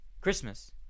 Christmas